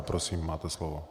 Prosím, máte slovo.